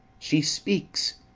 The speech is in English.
she speaks.